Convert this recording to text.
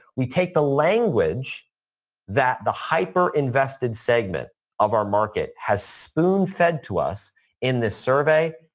we take the language that the hyper invested segment of our market has spoon fed to us in this survey,